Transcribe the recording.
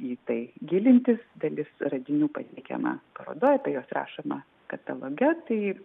į tai gilintis dalis radinių pasiekiama parodoj apie juos rašoma kataloge tai